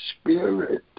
spirit